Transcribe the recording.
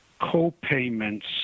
co-payments